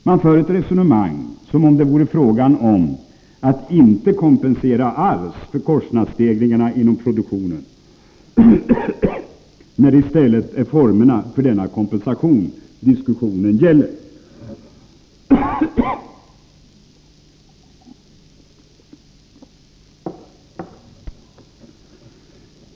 Man för ett resonemang som om det vore fråga om att inte kompensera alls för kostnadsstegringarna inom produktionen, när det i stället är formerna för denna kompensation diskussionen gäller.